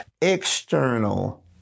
external